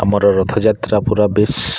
ଆମର ରଥଯାତ୍ରା ପୁରା ବେଶ୍